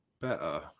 better